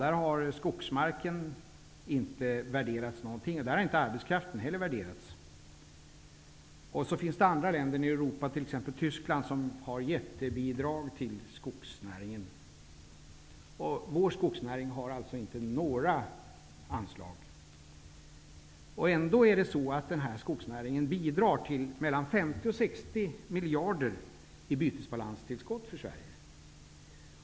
Där har skogsmarken inte värderats till någonting, och där har inte arbetskraften heller värderats. Sedan finns det andra länder i Europa, t.ex. Tyskland, där man har mycket stora bidrag till skogsnäringen. Vår skogsnäring har således inte några anslag. Ändå bidrar vår skogsnäring till mellan 50 och 60 miljarder i bytesbalanstillskott för Sverige.